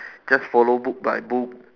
just follow book by book